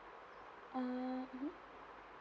uh mmhmm